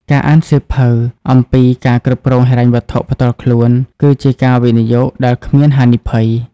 ការអានសៀវភៅអំពី "ការគ្រប់គ្រងហិរញ្ញវត្ថុផ្ទាល់ខ្លួន" គឺជាការវិនិយោគដែលគ្មានហានិភ័យ។